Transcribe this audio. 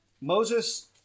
Moses